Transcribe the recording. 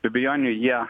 be abejonių jie